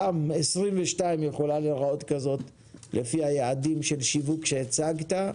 גם 2022 יכולה להיראות כזאת לפי היעדים של שיווק שהצגת,